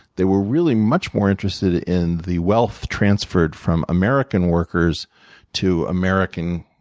they were really much more interested in the wealth transferred from american workers to american